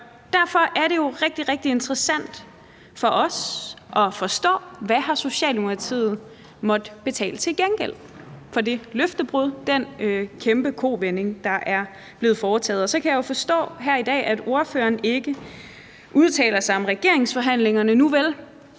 derfor er det jo rigtig, rigtig interessant for os at forstå, hvad Socialdemokratiet har måttet give til gengæld for det løftebrud, den kæmpe kovending, der er blevet foretaget. Jeg kan jo så forstå her i dag, at ordføreren ikke udtaler sig om regeringsforhandlingerne. Nuvel,